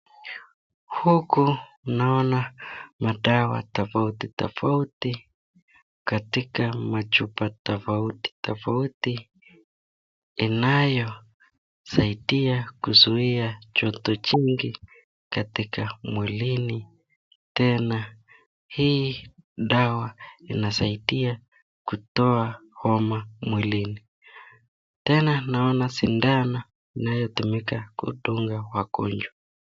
Huku naona madawa tofauti tofauti katika machupa tofauti tofauti yanayosaidia kuzuia joto jingi katika mwilini tena hii dawa inasaidia kutoa homa mwilini. Tena naona sindano inayotumika kudunga wagonjwa.